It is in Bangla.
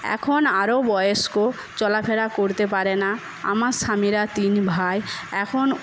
এখন আরও বয়স্ক চলা ফেরা করতে পারে না আমার স্বামীরা তিন ভাই এখন